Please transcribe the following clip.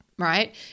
Right